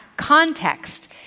context